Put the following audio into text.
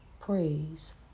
Praise